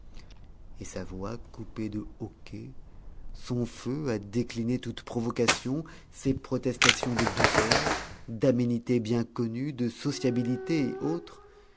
et sa voix coupée de hoquets son feu à décliner toute provocation ses protestations de douceur d'aménité bien connue de sociabilité et autres